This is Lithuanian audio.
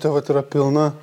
tai vat yra pilna